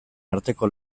arteko